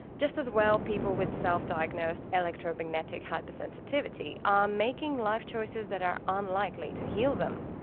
just as well, people with self-diagnosed electro-magnetic hyper-sensitivity are making life choices that are unlikely to heal them.